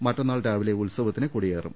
മറ്റന്നാൾ രാവിലെ ഉത്സവത്തിന് കൊടിയേറും